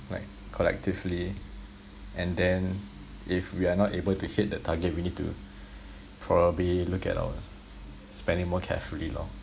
like collectively and then if we're not able to hit the target we need to probably look at our spending more carefully lor